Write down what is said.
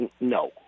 No